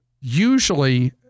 usually